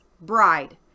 bride